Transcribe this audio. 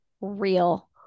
real